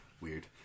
Weird